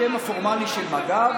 השם הפורמלי של מג"ב